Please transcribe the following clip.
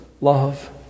love